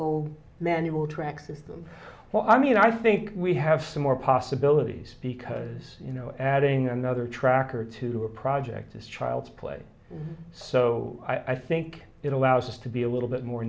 old manual tracks of them well i mean i think we have some more possibilities because you know adding another track or two a project is child's play so i think it allows us to be a little bit more